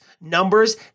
Numbers